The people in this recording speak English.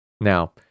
Now